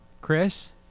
chris